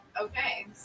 okay